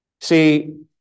See